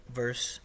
verse